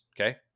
okay